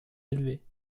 élevés